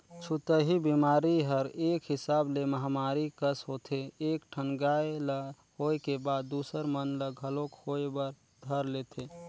छूतही बेमारी हर एक हिसाब ले महामारी कस होथे एक ठन गाय ल होय के बाद दूसर मन ल घलोक होय बर धर लेथे